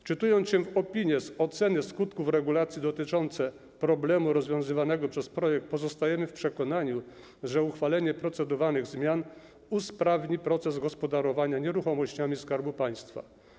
Wczytując się w opinie z oceny skutków regulacji dotyczące problemu rozwiązywanego przez projekt, pozostajemy w przekonaniu, że uchwalanie procedowanych zmian usprawni proces gospodarowania nieruchomościami Skarbu Państwa.